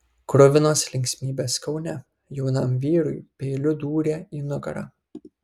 kruvinos linksmybės kaune jaunam vyrui peiliu dūrė į nugarą